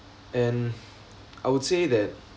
and I would say that